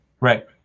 Right